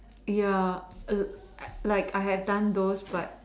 ya ugh I like I have done those but